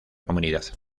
comunidad